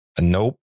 Nope